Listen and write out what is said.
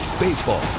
Baseball